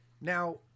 Now